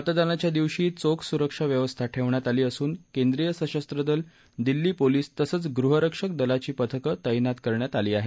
मतदानाच्या दिवशी चोख सुरक्षा व्यवस्था ठेवण्यात आली असून केंद्रीय संशस्त्र दल दिल्ली पोलिस तसंच गृहरक्षक दलाची पथक तैनात करण्यात आली आहेत